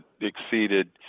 exceeded